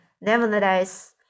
Nevertheless